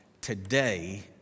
today